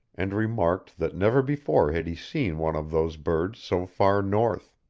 and remarked that never before had he seen one of those birds so far north.